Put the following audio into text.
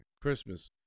Christmas